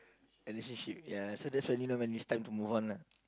a relationship ya so that's when you know when it's time to move on lah